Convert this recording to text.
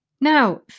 Now